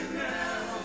now